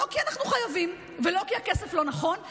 לא כי אנחנו חייבים ולא כי הכסף לא נכון,